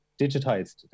digitized